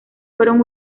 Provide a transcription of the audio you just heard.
fueron